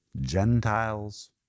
Gentiles